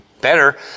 better